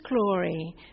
glory